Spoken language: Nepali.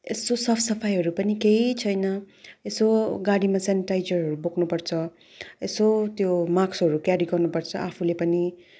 यसो साफ सफाईहरू पनि केही छैन यसो गाडीमा सेनिटाइजरहरू बोक्नु पर्छ यसो त्यो माक्सहरू क्यारी गर्नु पर्छ आफूले पनि